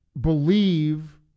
believe